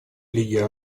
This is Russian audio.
лиги